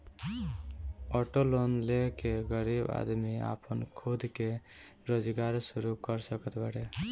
auto loan ले के गरीब आदमी आपन खुद के रोजगार शुरू कर सकत बाटे